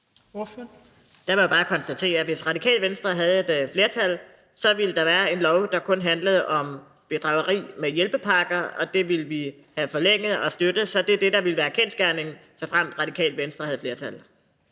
Der må jeg bare konstatere, at hvis Radikale Venstre havde et flertal, ville der være en lov, der kun handlede om bedrageri med hjælpepakker, og det ville vi have forlænget og støttet. Så det er det, der ville være kendsgerningen, såfremt Radikale Venstre havde flertal.